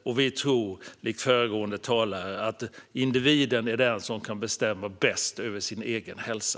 Jag, liksom föregående talare, tror att det är individen som bäst kan bestämma över sin egen hälsa.